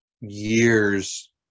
years